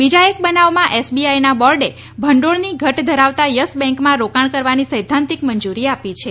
બીજા એક બનાવમાં ડલાના બોર્ડે ભંડોળની ઘટ ધરાવતા યશ બેંકમાં રોકાણ કરવાની સૈદ્ધાંતિક મંજૂરી આપી છે